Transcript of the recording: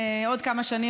בעוד כמה שנים,